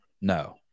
No